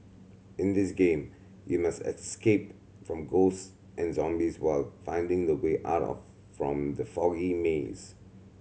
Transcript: in this game you must escape from ghosts and zombies while finding the way out of from the foggy maze